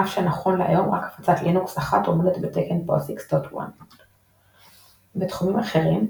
אף שנכון להיום רק הפצת לינוקס אחת עומדת בתקן POSIX.1. בתחומים אחרים,